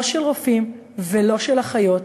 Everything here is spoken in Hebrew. לא של רופאים ולא של אחיות,